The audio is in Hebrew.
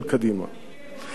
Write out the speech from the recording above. אדוני ראש הממשלה,